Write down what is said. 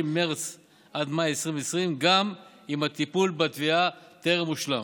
מרץ עד מאי 2020 גם אם הטיפול בתביעה טרם הושלם.